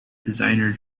designer